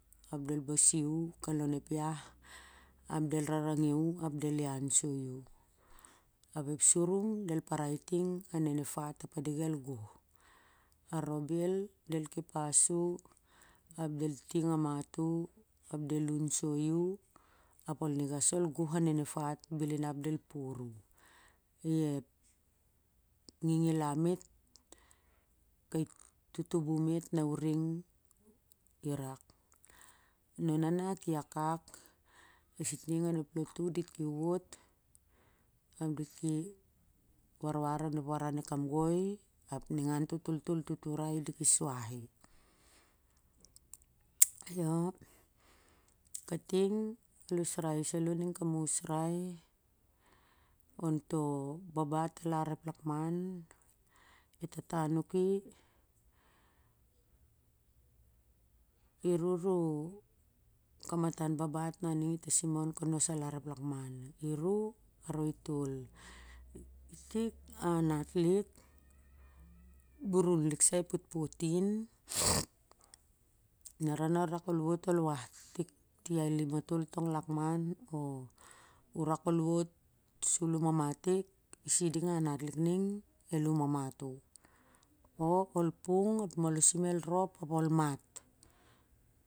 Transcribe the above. Ap kol del basi kan lon ep iah ap del rarangi ap del ian soi u, surum del povoi ting nen ep pat ap el goh aro bel del kepas u ap del ting a mat u ap del un soi u ap ol niga sa ol goh nen ep fat bel inap del por u i ep ngingilammit kai tutubum mit na uning i rak. Naona ki akak siting onep lotu dit ki wot ap dit ki warwar onep waran ep kamgoi ap ningan to toltol tuturai di ki suhi. Io kating al usrai ning salo kam usrai onto babat alar ep lakman e tata neiki i nuh u kamatan babat na ning i tasiman on na kon babat alar ep lakman i tik a anat lik ep potpot in na u rak ol wot ol wal tik ti alim matol tong lakman i siding a natlik ning el um amat u o ol puk ap ep molosim ep rop ap ol mat.